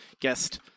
Guest